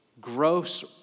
gross